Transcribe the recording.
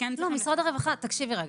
תקשיבי רגע,